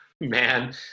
man